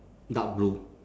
dark blue